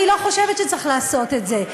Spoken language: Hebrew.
אני לא חושבת שצריך לעשות את זה.